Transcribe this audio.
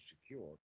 secure